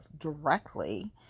directly